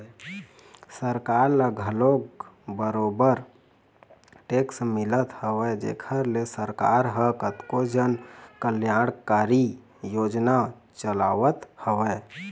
सरकार ल घलोक बरोबर टेक्स मिलत हवय जेखर ले सरकार ह कतको जन कल्यानकारी योजना चलावत हवय